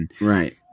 right